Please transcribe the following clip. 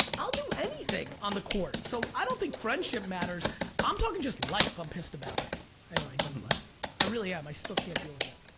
i'll do anything on the court so i don't think friendship matters i'm talking just life, i'm pissed about it anyway nonetheless i really am i still can't deal with it,